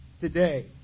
today